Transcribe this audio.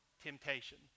temptation